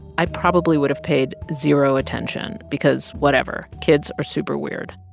i probably would have paid zero attention because whatever kids are super weird.